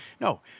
no